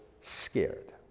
scared